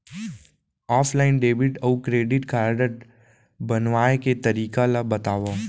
Offline debit अऊ credit card बनवाए के तरीका ल बतावव?